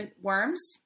worms